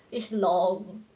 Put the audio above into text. it's long